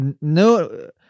no